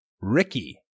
ricky